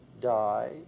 die